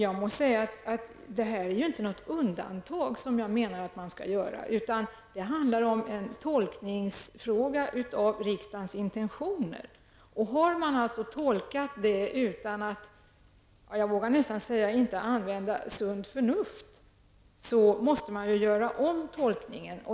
Jag menar inte att man skall göra något undantag här, utan det är frågan om tolkningen av riksdagens intentioner. Har man tolkat detta utan, jag vågar nästan säga, att använda sunt förnuft, måste man göra om tolkningen.